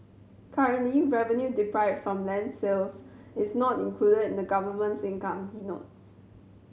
currently revenue deprive from land sales is not included in the government's income he notes